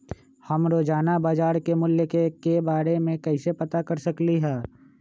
हम रोजाना बाजार के मूल्य के के बारे में कैसे पता कर सकली ह?